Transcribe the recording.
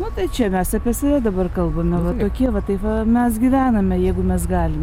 nu tai čia mes apie save dabar kalbame va tokie va taip va mes gyvename jeigu mes galime